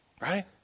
right